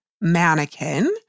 mannequin